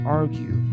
argue